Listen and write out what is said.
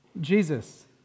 Jesus